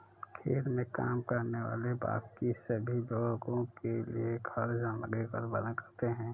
खेत में काम करने वाले बाकी सभी लोगों के लिए खाद्य सामग्री का उत्पादन करते हैं